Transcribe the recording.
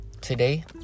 today